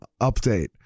update